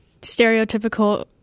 stereotypical